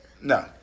No